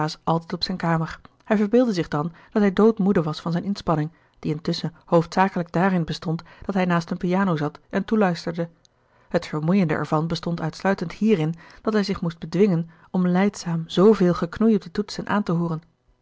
altijd op zijne kamer hij verbeeldde zich dan dat hij doodmoede was van zijne inspanning die intusschen hoofdzakelijk daarin bestond dat hij naast een piano zat en toeluisterde het vermoeiende ervan bestond uitsluitend hierin dat hij zich moest bedwingen om lijdzaam zoo veel geknoei op de toetsen aan te hooren